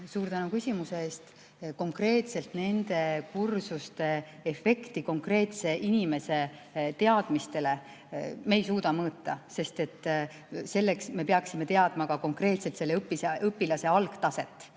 Suur tänu küsimuse eest! Konkreetselt nende kursuste efekti konkreetse inimese teadmistele me ei suuda mõõta, sest selleks me peaksime teadma ka selle õpilase algtaset,